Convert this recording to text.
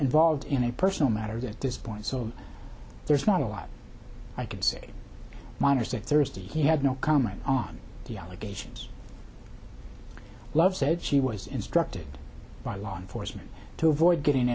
involved in a personal matter that this point so there's not a lot i can say minors that thursday he had no comment on the allegation love said she was instructed by law enforcement to avoid getting